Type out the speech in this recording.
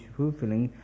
fulfilling